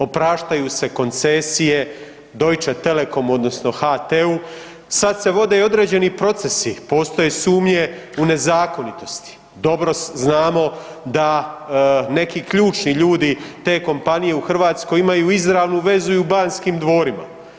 Opraštaju se koncesije, Deutsche telekom odnosno HT-u, sad se vode i određeni procesi, postoje sumnje u nezakonitosti, dobro znamo da neki ključni ljudi te kompanije u Hrvatskoj, imaju izravnu vezu i u Banskim dvorima.